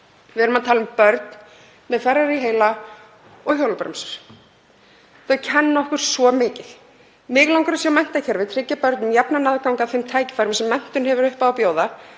Við erum að tala um börn með Ferrari-heila og hjólabremsur. Þau kenna okkur svo mikið. Mig langar að sjá menntakerfið tryggja börnum jafnan aðgang að þeim tækifærum sem menntun hefur upp á að bjóða.